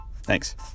Thanks